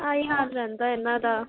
ਆਹੀ ਹਾਲ ਰਹਿੰਦਾ ਇਹਨਾਂ ਦਾ